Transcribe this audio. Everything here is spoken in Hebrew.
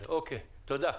תודה.